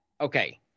Okay